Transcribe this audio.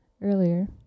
earlier